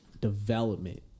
development